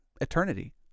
eternity